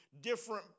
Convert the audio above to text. different